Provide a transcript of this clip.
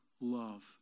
love